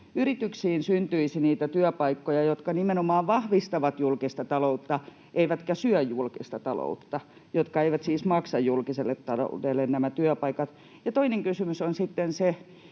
yrityksiin syntyisi niitä työpaikkoja, jotka nimenomaan vahvistavat julkista ta loutta eivätkä syö julkista taloutta — siis työpaikkoja, jotka eivät maksa julkiselle taloudelle. Ja toinen kysymys on sitten se,